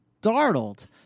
startled